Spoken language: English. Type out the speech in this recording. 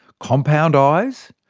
compound eyes,